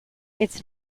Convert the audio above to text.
its